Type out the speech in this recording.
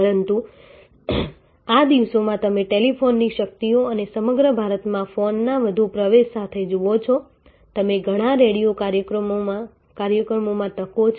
પરંતુ આ દિવસોમાં તમે ટેલિફોનની શક્તિ અને સમગ્ર ભારતમાં ફોનના વધુ પ્રવેશ સાથે જુઓ છો તેમ ઘણા રેડિયો કાર્યક્રમોમાં તકો છે